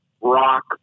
rock